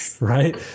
Right